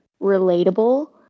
relatable